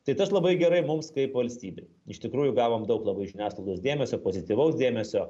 tai tas labai gerai mums kaip valstybei iš tikrųjų gavom daug labai žiniasklaidos dėmesio pozityvaus dėmesio